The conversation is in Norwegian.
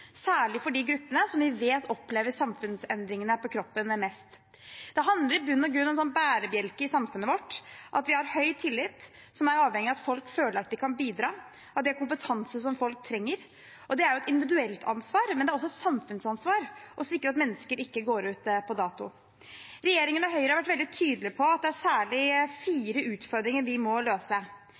særlig for de gruppene som vi vet i størst grad opplever samfunnsendringene på kroppen. Det handler i bunn og grunn om en bærebjelke i samfunnet vårt – at vi har høy tillit, som er avhengig av at folk føler at de kan bidra, og at de har kompetanse som folk trenger. Det er et individuelt ansvar, men det er også et samfunnsansvar å sikre at mennesker ikke går ut på dato. Regjeringen og Høyre har vært veldig tydelige på at det særlig er fire utfordringer vi må løse.